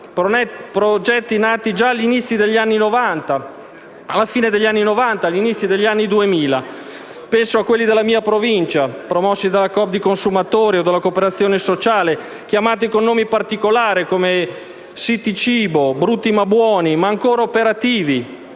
progetti nati già alla fine degli anni Novanta e agli inizi degli anni Duemila. Penso a quelli della mia Provincia, promossi dalla Coop di consumatori o dalla cooperazione sociale, chiamati con nomi particolari come «City cibo» o «Brutti ma buoni», ancora operativi,